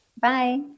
Bye